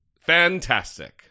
Fantastic